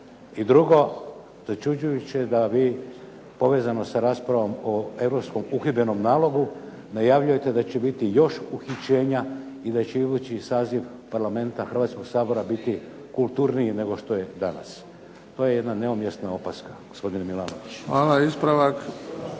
I drugo, začuđujuće je da vi povezano sa raspravom o europskom uhidbenom nalogu najavljujete da će biti još uhićenja i da će idući saziv parlamenta Hrvatskoga sabora biti kulturniji nego što je danas. To je jedna neumjesna opaska gospodine Milanović. **Bebić, Luka